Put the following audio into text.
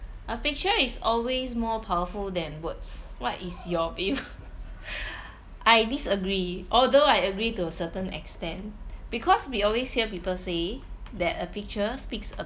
a picture is always more powerful than words what is your beef I disagree although I agree to a certain extent because we always hear people say that a picture speaks